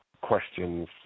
questions